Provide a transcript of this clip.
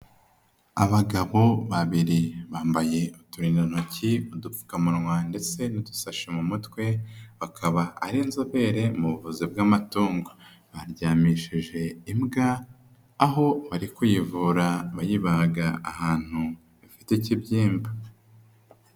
Abagabo babiri bambaye uturindantoki, udupfukamunwa ndetse n'udusashe mu mutwe, bakaba ari inzobere mu buvuzi bw'amatungo. Baryamishije imbwa aho bari kuyivura bayibaga ahantu bafite ikibyimba.